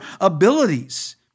abilities